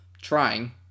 trying